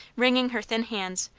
wringing her thin hands,